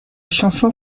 chanson